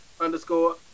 underscore